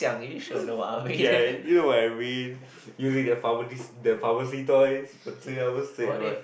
ya you know what I mean using the pharma~ pharmacy toys three hours straight what